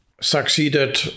succeeded